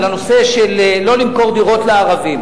על הנושא של לא למכור דירות לערבים.